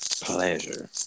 pleasure